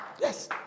Yes